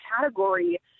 category